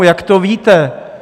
Jak to víte?